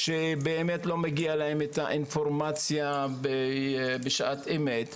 שאליהם האינפורמציה לא מגיעה בשעת אמת.